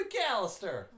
McAllister